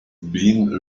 been